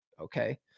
Okay